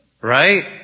right